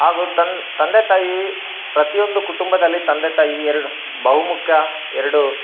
ಹಾಗು ತನ್ ತಂದೆ ತಾಯಿ ಪ್ರತಿಯೊಂದು ಕುಟುಂಬದಲ್ಲಿ ತಂದೆ ತಾಯಿ ಎರಡು ಬಹುಮುಖ್ಯ ಎರಡು